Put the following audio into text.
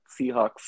Seahawks